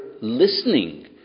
listening